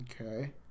Okay